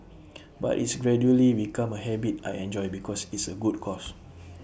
but it's gradually become A habit I enjoy because it's A good cause